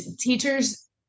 teachers